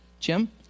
Jim